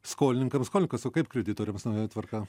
skolininkams skolininkas o kaip kreditoriams nauja tvarka